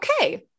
Okay